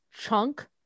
chunk